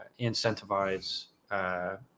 incentivize